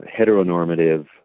heteronormative